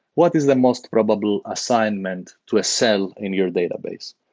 what is the most probable assignment to a cell in your database?